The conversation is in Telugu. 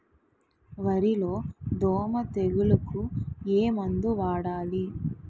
వరిలో దోమ తెగులుకు ఏమందు వాడాలి?